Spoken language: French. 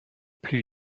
plus